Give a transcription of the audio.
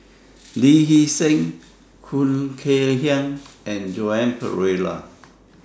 Lee Hee Seng Khoo Kay Hian and Joan Pereira